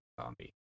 zombie